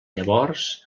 llavors